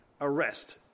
Arrest